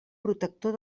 protector